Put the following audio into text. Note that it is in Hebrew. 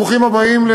ברוכים הבאים,